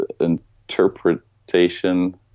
interpretation